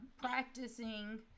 practicing